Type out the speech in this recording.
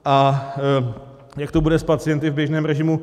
A jak to bude s pacienty v běžném režimu?